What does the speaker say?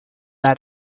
out